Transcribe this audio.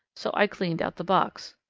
so i cleaned out the box.